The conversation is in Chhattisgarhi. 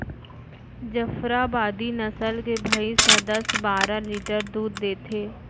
जफराबादी नसल के भईंस ह दस बारा लीटर दूद देथे